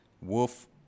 Wolf